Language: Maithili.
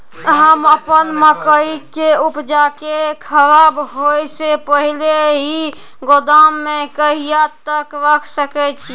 हम अपन मकई के उपजा के खराब होय से पहिले ही गोदाम में कहिया तक रख सके छी?